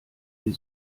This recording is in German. die